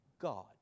God